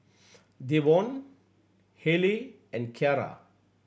Devaughn Haley and Keara